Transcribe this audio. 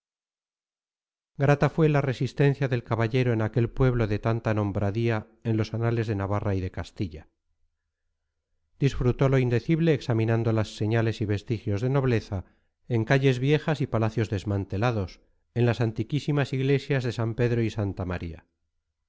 grata fue la resistencia del caballero en aquel pueblo de tanta nombradía en los anales de navarra y de castilla disfrutó lo indecible examinando las señales y vestigios de nobleza en calles viejas y palacios desmantelados en las antiquísimas iglesias de san pedro y santa maría